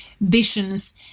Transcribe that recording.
visions